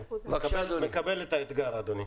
אני מקבל את האתגר, אדוני.